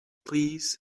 please